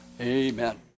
amen